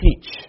teach